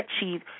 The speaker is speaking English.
achieve